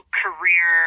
career